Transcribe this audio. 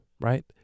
right